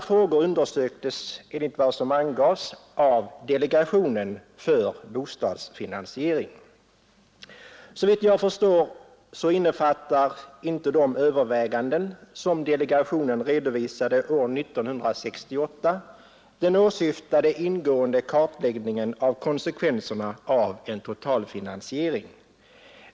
Frågorna undersöktes, enligt vad som angavs, av delegationen för bostadsfinansiering. Såvitt jag förstår innefattar inte de överväganden som delegationen redovisade år 1968 den åsyftade ingående kartläggningen av konsekvenserna av en totalfinansiering.